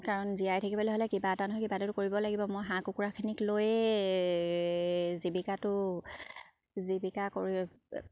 কাৰণ জীয়াই থাকিবলৈ হ'লে কিবা এটা নহয় কিবা এটা কৰিব লাগিব মই হাঁহ কুকুৰাখিনিক লৈয়ে জীৱিকাটো জীৱিকা কৰি